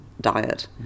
diet